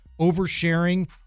oversharing